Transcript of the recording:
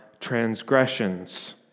transgressions